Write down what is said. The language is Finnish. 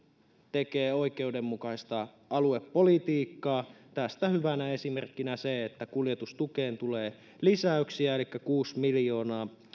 tekee oikeudenmukaista aluepolitiikkaa tästä hyvänä esimerkkinä se että kuljetustukeen tulee lisäyksiä elikkä kuusi miljoonaa